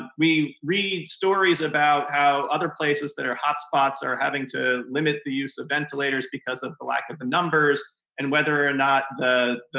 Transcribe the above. ah we read stories about how other places that are hotspots are having to limit the use of ventilators because of the lack of the numbers and whether or not the